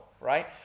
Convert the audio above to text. right